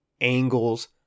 angles